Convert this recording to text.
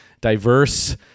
diverse